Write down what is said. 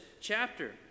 chapter